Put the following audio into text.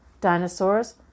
dinosaurs